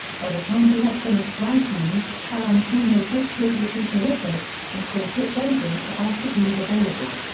by the time he had finished writing, tarantino thought pitt would be terrific and called pitt's agent to ask if he was available.